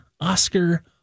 Oscar